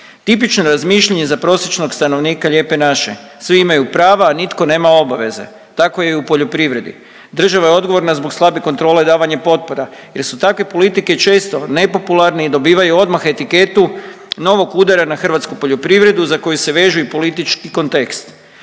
Tipično razmišljanje za prosječnog stanovnika Lijepe naše, svi imaju prava, a nitko nema obaveze, tako je i u poljoprivredi, država je odgovorna zbog slabe kontrole davanja potpora jer su takve politike često nepopularne i dobivaju odmah etiketu novog udara na hrvatsku poljoprivredu za koju se vežu i politički kontekst.